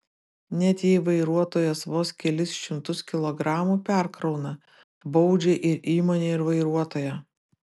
net jei vairuotojas vos kelis šimtus kilogramų perkrauna baudžia ir įmonę ir vairuotoją